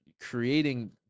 creating